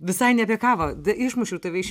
visai ne apie kavą išmušiau tave iš